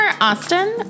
Austin